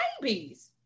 babies